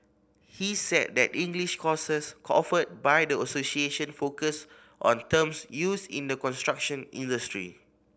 he said that the English courses offered by the association focus on terms used in the construction industry